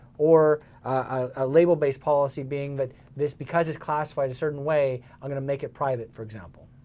or a label based policy being that this, because it's classified a certain way, i'm going to make it private, for example.